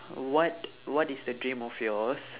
what what is the dream of yours